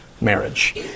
marriage